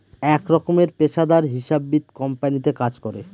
এক রকমের পেশাদার হিসাববিদ কোম্পানিতে কাজ করে